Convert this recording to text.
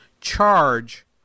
charge